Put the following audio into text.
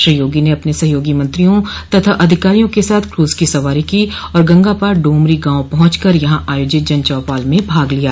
श्री योगी ने अपने सहयोगी मंत्रियों तथा अधिकारियों के साथ क्रूज की सवारी की और गंगा पार डोमरी गांव पहुंच कर यहां आयोजित जन चौपाल में भाग लिया